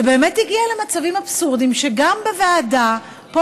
זה באמת הגיע למצבים אבסורדיים שגם בוועדה פה,